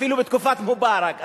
אפילו בתקופת מובארק.